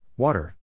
Water